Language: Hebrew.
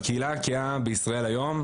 בקהילה הגאה בישראל היום,